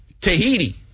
Tahiti